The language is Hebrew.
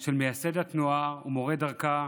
של מייסד התנועה ומורה דרכה,